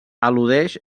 al·ludeix